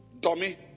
Dummy